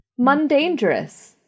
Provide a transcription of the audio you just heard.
Mundangerous